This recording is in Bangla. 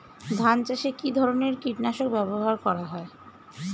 ধান চাষে কী ধরনের কীট নাশক ব্যাবহার করা হয়?